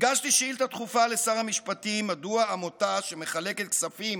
הגשתי שאילתה דחופה לשר המשפטים: מדוע עמותה שמחלקת כספים